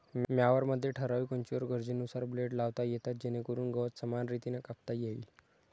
मॉवरमध्ये ठराविक उंचीवर गरजेनुसार ब्लेड लावता येतात जेणेकरून गवत समान रीतीने कापता येईल